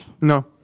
No